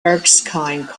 erskine